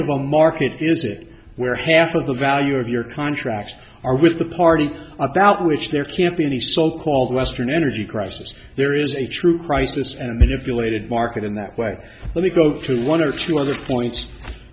of a market is it where half of the value of your contracts are with the party about which there can't be any so called western energy crisis there is a true crisis and a manipulated market in that way let me go to one or two other points